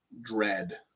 dread